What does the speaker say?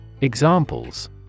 Examples